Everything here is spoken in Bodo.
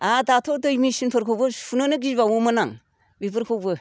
आरो दाथ' दै मेचिनफोरखौ सुनोनो गिबावोमोन आं बिफोरखौबो